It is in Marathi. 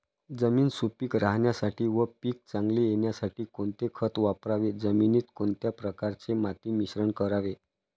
जमीन सुपिक राहण्यासाठी व पीक चांगले येण्यासाठी कोणते खत वापरावे? जमिनीत कोणत्या प्रकारचे माती मिश्रण करावे?